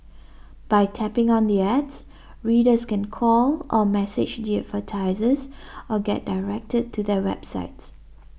by tapping on the ads readers can call or message the advertisers or get directed to their websites